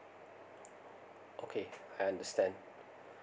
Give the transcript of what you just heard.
okay I understand